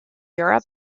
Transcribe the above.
europe